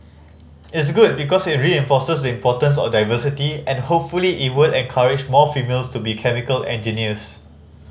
it's good because it reinforces importance of diversity and hopefully it will encourage more females to be chemical engineers